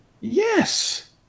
Yes